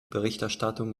berichterstattung